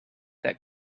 that